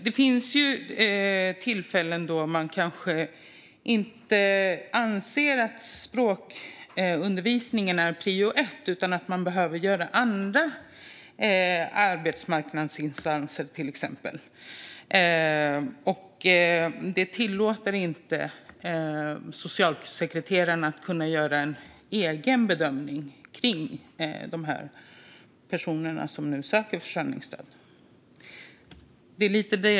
Det finns tillfällen då man inte anser att språkundervisningen är prio ett, utan i stället behöver andra arbetsmarknadsinsatser göras. Språkkravet tillåter inte att socialsekreterarna kan göra en egen bedömning av de personer som söker försörjningsstöd.